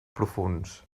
profunds